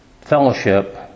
fellowship